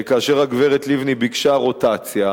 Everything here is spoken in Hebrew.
כאשר הגברת לבני ביקשה רוטציה,